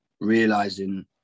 realizing